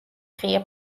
ღია